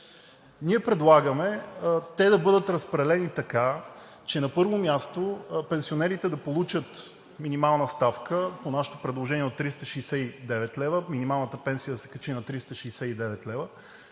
Ние предлагаме те да бъдат разпределени така, че на първо място пенсионерите да получат минимална ставка. По нашето предложение от 300 лв. минималната пенсия да се качи на 369 лв.,